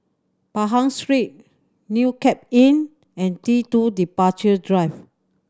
Pahang Street New Cape Inn and T Two Departure Drive